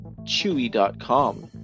Chewy.com